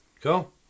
Cool